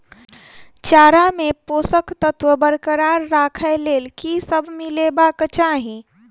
चारा मे पोसक तत्व बरकरार राखै लेल की सब मिलेबाक चाहि?